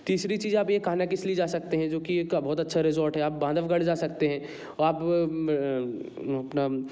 तीसरी चीज़ आप कान्हा किस्ली जा सकते हैं जो कि इसका बहुत अच्छा रिजॉर्ट है आप बांधवगढ़ जा सकते हैं और आप अपना